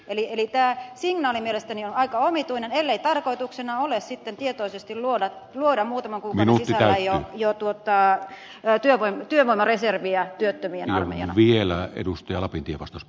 eli tämä signaali mielestäni on aika omituinen ellei tarkoituksena ole sitten tietoisesti luoda muutaman kuukauden sisällä jo työvoimareserviä työttömien armeijana